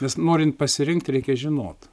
nes norint pasirinkti reikia žinot